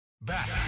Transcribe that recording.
Back